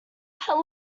how